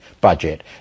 budget